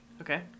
Okay